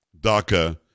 DACA